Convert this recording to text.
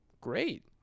great